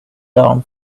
down